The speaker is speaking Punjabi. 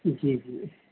ਜੀ ਜੀ